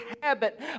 habit